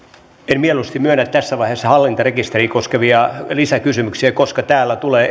en mieluusti myönnä tässä vaiheessa hallintarekisteriä koskevia lisäkysymyksiä koska täällä tulee